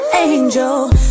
Angel